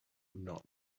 not